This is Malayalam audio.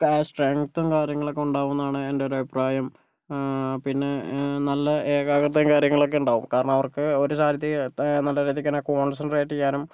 സ്ട്രെങ്ത്തും കാര്യങ്ങളൊക്കെ ഉണ്ടാകുന്നതാണ് എൻ്റെ ഒരു അഭിപ്രായം പിന്നെ നല്ല ഏകാഗ്രതയും കാര്യങ്ങളൊക്കെ ഉണ്ടാവും കാരണം അവർക്ക് ഒരു സ്ഥലത്തേക്ക് നല്ല രീതിയ്ക്ക് തന്നെ കോൺസെൻട്രേറ്റ് ചെയ്യാനും